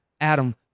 Adam